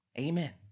amen